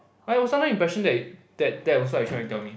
I was under the impression that that was what you were tryna tell me